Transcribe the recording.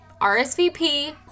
RSVP